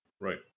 right